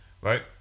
right